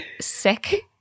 sick